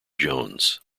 jones